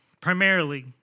primarily